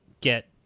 get